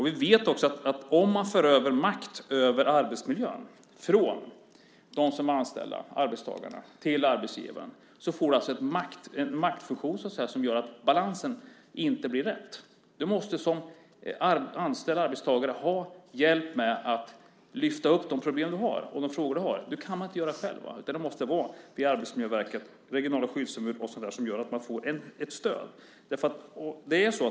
Vi vet också att om man för över makt över arbetsmiljön från dem som är anställda, arbetstagarna, till arbetsgivaren, så får man en maktfusion, så att säga, som gör att balansen inte blir rätt. Du måste som anställd arbetstagare ha hjälp med att lyfta upp de problem du har och de frågor du har. Det kan man inte göra själv. Det måste vara Arbetsmiljöverket, regionala skyddsombud och så vidare som gör att man får ett stöd.